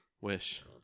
Wish